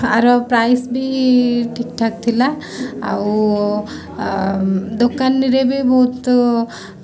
ଆର price ବି ଠିକ୍ଠାକ୍ ଥିଲା ଆଉ ଦୋକାନରେ ବି ବହୁତ